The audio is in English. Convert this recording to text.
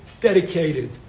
dedicated